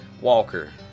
Walker